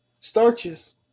starches